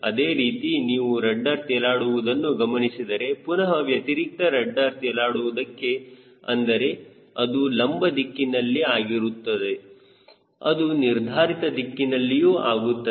ಅದೇ ರೀತಿ ನೀವು ರಡ್ಡರ್ ತೇಲಾಡುವುದನ್ನು ಗಮನಿಸಿದರೆ ಪುನಹ ವ್ಯತಿರಿಕ್ತ ರಡ್ಡರ್ ತೇಲಾಡುವುದಕ್ಕೆ ಅಂದರೆ ಅದು ಲಂಬ ದಿಕ್ಕಿನಲ್ಲಿ ಆಗುತ್ತಿರುತ್ತದೆ ಅದು ನಿರ್ಧಾರಿತ ದಿಕ್ಕಿನಲ್ಲಿಯೂ ಆಗುತ್ತದೆ